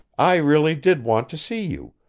i really did want to see you,